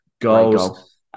goals